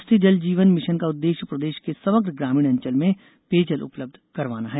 राष्ट्रीय जल जीवन मिशन का उदेश्य प्रदेश के समग्र ग्रामीण अंचल में पेयजल उपलब्ध करवाना है